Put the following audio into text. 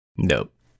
Nope